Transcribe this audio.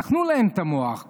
טחנו להם את המוח.